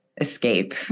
escape